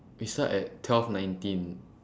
we start at twelve nineteen